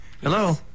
Hello